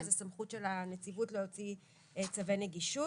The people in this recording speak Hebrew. זו סמכות של הנציבות להוציא צווי נגישות.